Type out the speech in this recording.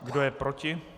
Kdo je proti?